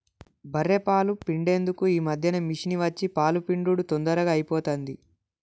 బఱ్ఱె పాలు పిండేందుకు ఈ మధ్యన మిషిని వచ్చి పాలు పిండుడు తొందరగా అయిపోతాంది